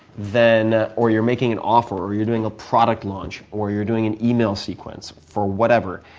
then or you're making an offer, or you're doing a product launch, or you're doing an email sequence for whatever,